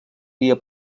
dia